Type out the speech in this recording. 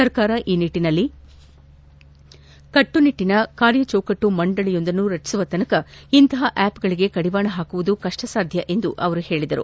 ಸರ್ಕಾರ ಈ ನಿಟ್ಟನಲ್ಲಿ ಕಟ್ಟುನಿಟ್ಟನ ಕಾರ್ಯಚೌಕಟ್ಟು ಮಂಡಳಿಯೊಂದನ್ನು ರಚಿಸುವವರೆಗೂ ಇಂತಹ ಆ್ಕಪ್ಗಳಿಗೆ ಕಡಿವಾಣ ಹಾಕುವುದು ಕಪ್ಪ ಸಾಧ್ಯ ಎಂದರು